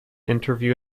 interview